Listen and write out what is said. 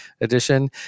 edition